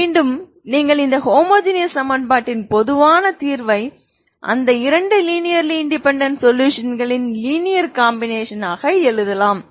மீண்டும் நீங்கள் இந்த ஹோமோஜெனியஸ் சமன்பாட்டின் பொதுவான தீர்வை அந்த இரண்டு லீனியர்லி இன்டெபேன்டென்ட் சொலுஷன்களின் லீனியர் காம்பினேஷன் ஆக எழுதலாம்